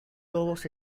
todos